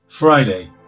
Friday